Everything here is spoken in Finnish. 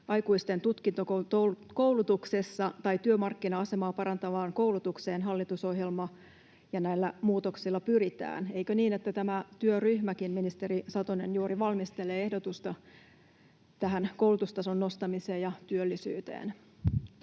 aikuisten tutkintokoulutuksessa tai työmarkkina-asemaa parantavaan koulutukseen pyritään hallitusohjelmalla ja näillä muutoksilla. Eikö niin, että tämä työryhmäkin, ministeri Satonen, juuri valmistelee ehdotusta tähän koulutustason nostamiseen ja työllisyyteen?